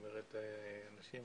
אנשים